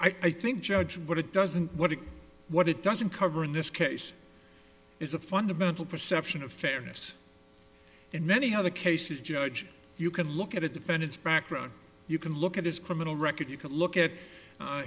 i think judge what it doesn't what it what it doesn't cover in this case is a fundamental perception of fairness in many other cases judge you can look at a defendant's background you can look at his criminal record you can look at